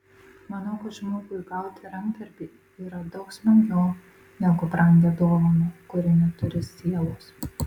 manau kad žmogui gauti rankdarbį yra daug smagiau negu brangią dovaną kuri neturi sielos